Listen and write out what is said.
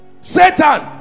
satan